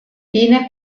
fine